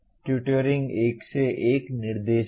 tutoring एक से एक निर्देश है